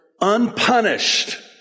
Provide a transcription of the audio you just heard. unpunished